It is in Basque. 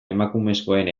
emakumezkoen